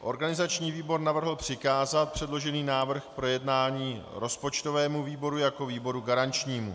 Organizační výbor navrhl přikázat předložený návrh k projednání rozpočtovému výboru jako výboru garančnímu.